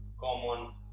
common